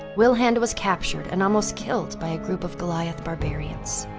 wilhand was captured and almost killed by a group of goliath barbarians.